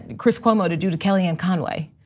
chris cuomo to do to kellyanne conway.